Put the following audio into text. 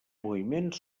moviments